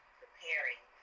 preparing